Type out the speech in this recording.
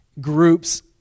Groups